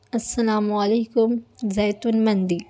السلام علیکم زیتون مندی